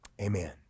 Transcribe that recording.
Amen